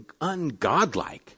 ungodlike